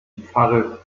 pfarre